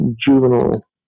juvenile